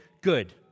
good